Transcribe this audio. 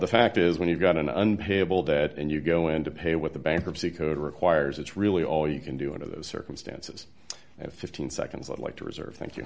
the fact is when you've got an un payable debt and you go in to pay what the bankruptcy code requires it's really all you can do under those circumstances and fifteen seconds i'd like to reserve thank you